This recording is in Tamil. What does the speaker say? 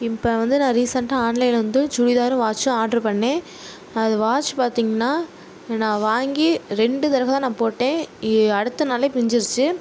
இப்போ வந்து நான் ரீசென்டாக ஆன்லைனில் வந்து சுடிதாரும் வாட்ச்சும் ஆர்டர் பண்ணிணேன் வாட்ச் பார்த்தீங்கன்னா நான் வாங்கி ரெண்டு தடவை தான் நான் போட்டேன் அடுத்த நாளே பிஞ்சுருச்சு